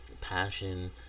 passion